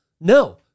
No